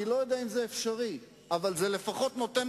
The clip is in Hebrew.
היתה